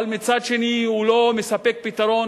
אבל מצד שני הוא לא מספק פתרון,